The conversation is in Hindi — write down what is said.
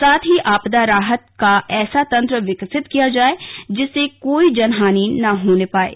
साथ ही आपदा राहत का ऐसा तंत्र विकसित किया जाए जिससे कोई जन हानि न होने पाये